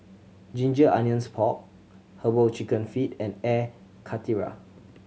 ginger onions pork Herbal Chicken Feet and Air Karthira